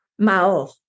Maor